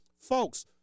folks